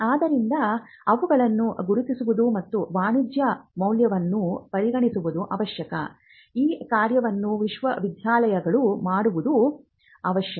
ಆದ್ದರಿಂದ ಅವುಗಳನ್ನು ಗುರುತಿಸುವುದು ಮತ್ತು ವಾಣಿಜ್ಯ ಮೌಲ್ಯವನ್ನು ಪರೀಕ್ಷಿಸುವುದು ಅವಶ್ಯಕ ಈ ಕಾರ್ಯವನ್ನು ವಿಶ್ವವಿದ್ಯಾಲಯಗಳು ಮಾಡುವುದು ಅವಶ್ಯಕ